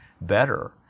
better